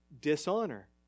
dishonor